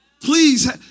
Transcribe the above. Please